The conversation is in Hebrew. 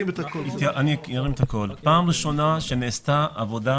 פעם ראשונה שנעשתה עבודה